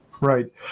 Right